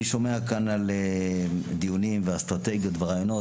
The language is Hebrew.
אני שומע כאן על דיונים ואסטרטגיות ורעיונות,